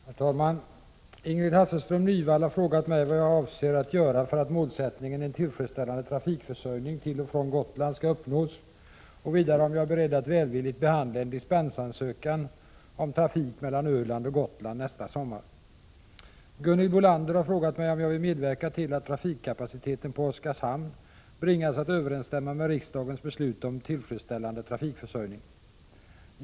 Herr talman! Ingrid Hasselström Nyvall har frågat mig vad jag avser att I göra för att målsättningen en tillfredsställande trafikförsörjning till och från Gotland skall uppnås och vidare om jag är beredd att välvilligt behandla en 89 Gunhild Bolander har frågat mig om jag vill medverka till att trafikkapaciteten på Oskarshamn bringas att överensstämma med riksdagens beslut om tillfredsställande trafikförsörjning.